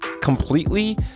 completely